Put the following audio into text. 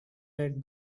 right